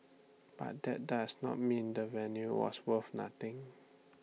but that does not mean the venue was worth nothing